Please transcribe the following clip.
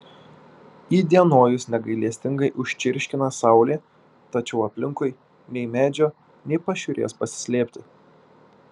įdienojus negailestingai užčirškina saulė tačiau aplinkui nei medžio nei pašiūrės pasislėpti